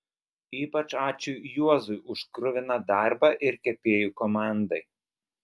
ypač ačiū juozui už kruviną darbą ir kepėjų komandai